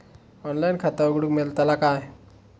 Online खाता उघडूक मेलतला काय?